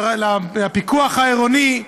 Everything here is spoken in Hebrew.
לפיקוח העירוני,